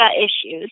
issues